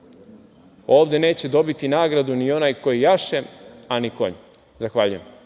Ovde neće dobiti nagradu ni onaj koji jaše, a ni konj. Zahvaljujem.